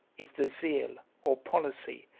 if the zeal, or policy,